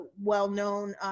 well-known